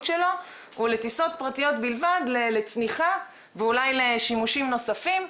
שלו הוא לטיסות פרטיות בלבד לצניחה ואולי לשימושים נוספים.